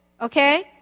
okay